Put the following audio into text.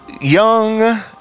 young